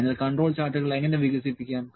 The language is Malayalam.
അതിനാൽ കൺട്രോൾ ചാർട്ടുകൾ എങ്ങനെ വികസിപ്പിക്കാം